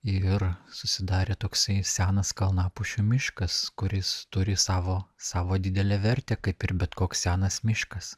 ir susidarė toksai senas kalnapušių miškas kuris turi savo savo didelę vertę kaip ir bet koks senas miškas